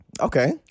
okay